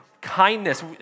Kindness